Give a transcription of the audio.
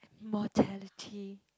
mortality